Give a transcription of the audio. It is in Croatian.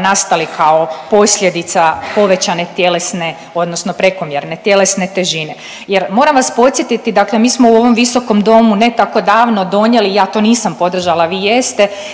nastali kao posljedica povećane tjelesne odnosno prekomjerne tjelesne težine. Jer moram vas podsjetiti dakle mi smo u ovom viskom domu ne tako davno donijeli, ja to nisam podržala vi jeste,